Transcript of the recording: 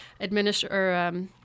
administrator